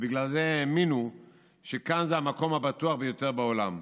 בגלל זה הם האמינו שכאן זה המקום הבטוח ביותר בעולם.